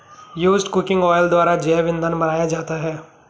used cooking oil द्वारा जैव इंधन बनाया जाता है